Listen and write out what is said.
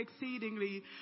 exceedingly